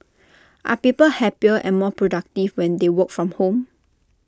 are people happier and more productive when they work from home